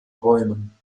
räumen